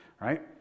right